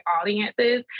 audiences